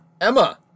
Emma